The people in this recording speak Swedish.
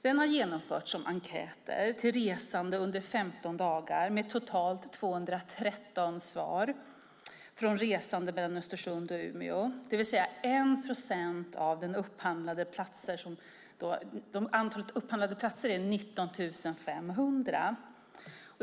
Den har genomförts som enkäter till resande under 15 dagar med totalt 213 svar från resande mellan Östersund och Umeå, det vill säga 1 procent av det upphandlade antalet platser som är 19 500.